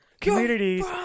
communities